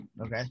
Okay